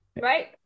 right